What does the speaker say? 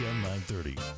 930